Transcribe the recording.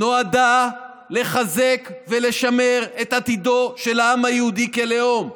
נועדה לחזק ולשמר את עתידו של העם היהודי כלאום.